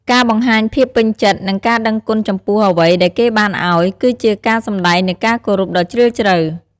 ការបង្ហាញភាពពេញចិត្ត និងការដឹងគុណចំពោះអ្វីដែលគេបានឲ្យ គឺជាការសម្តែងនូវការគោរពដ៏ជ្រាលជ្រៅ។